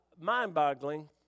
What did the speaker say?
mind-boggling